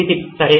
నితిన్ సరే